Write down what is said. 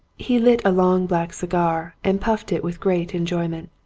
he lit a long black cigar and puffed it with great enjoyment.